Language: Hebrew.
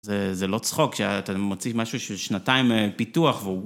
זה לא צחוק, כשאתה מוציא משהו של שנתיים פיתוח והוא...